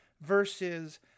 versus